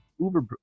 Uber